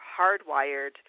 hardwired